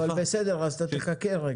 חכה רגע.